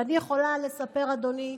ואני יכולה לספר, אדוני,